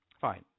Fine